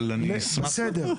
אבל אני אשמח- -- בסדר,